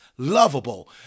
lovable